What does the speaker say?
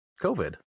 COVID